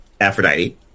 Aphrodite